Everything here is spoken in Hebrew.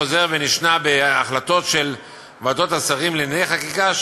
חוזר ונשנה בהחלטות של ועדות השרים לענייני חקיקה,